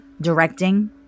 directing